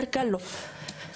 יותר קל לבטא את עצמי בשפה שלי.